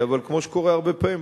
אבל כמו שקורה הרבה פעמים,